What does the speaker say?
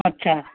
اچھا